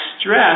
stress